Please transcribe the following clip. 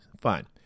fine